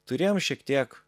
turėjom šiek tiek